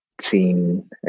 seen